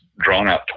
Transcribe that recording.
drawn-out